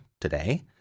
today